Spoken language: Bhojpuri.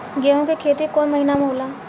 गेहूं के खेती कौन महीना में होला?